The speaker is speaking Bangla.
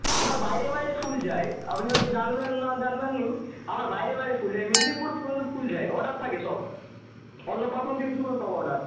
আমার বাইরে বাইরে ফুল যায় আপনি হয়তো জানবেন না জানবেন নি আমার বাইরে বাইরে ফুল যায় মেদিনীপুর পর্যন্ত ফুল যায় অর্ডার থাকে সব অন্নপ্রাশন থেকে শুরু করে সব অর্ডার